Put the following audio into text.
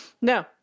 No